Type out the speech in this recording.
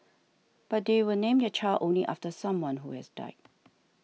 but they will name their child only after someone who has died